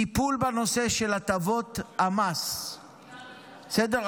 טיפול בנושא של הטבות המס, בסדר?